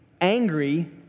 angry